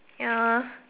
ya